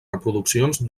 reproduccions